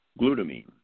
glutamine